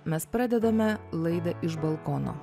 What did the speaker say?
mes pradedame laidą iš balkono